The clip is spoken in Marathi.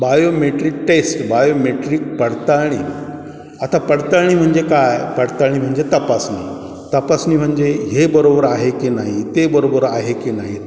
बायोमेट्रिक टेस्ट बायोमेट्रिक पडताळणी आता पडताळणी म्हणजे काय पडताळणी म्हणजे तपासणी तपासणी म्हणजे हे बरोबर आहे की नाही ते बरोबर आहे की नाहीत